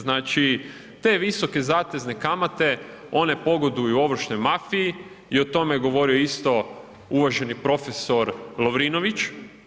Znači te visoke zatezne kamate, one pogoduju ovršnoj mafiji i o tome je govorio isto uvaženi profesor Lovrinović.